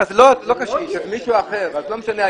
אז לא קשיש, אז מישהו אחר, אז ילדים.